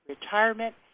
retirement